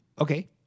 Okay